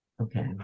Okay